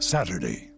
Saturday